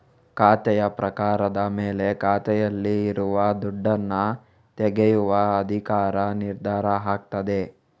ಖಾತೆಯ ಪ್ರಕಾರದ ಮೇಲೆ ಖಾತೆಯಲ್ಲಿ ಇರುವ ದುಡ್ಡನ್ನ ತೆಗೆಯುವ ಅಧಿಕಾರ ನಿರ್ಧಾರ ಆಗ್ತದೆ